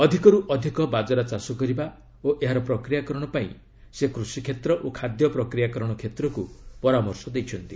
ଅଧିକରୁ ଅଧିକ ବାଜରା ଚାଷ କରିବା ଓ ଏହାର ପ୍ରକ୍ରିୟାକରଣ ପାଇଁ ସେ କୃଷିକ୍ଷେତ୍ର ଓ ଖାଦ୍ୟ ପ୍ରକ୍ରିୟାକରଣ କ୍ଷେତ୍ରକୁ ପରାମର୍ଶ ଦେଇଛନ୍ତି